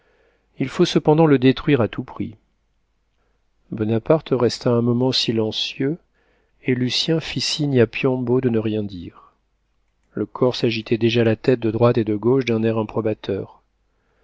il faut cependant le détruire à tout prix bonaparte resta un moment silencieux et lucien fit signe à piombo de ne rien dire le corse agitait déjà la tête de droite et de gauche d'un air improbateur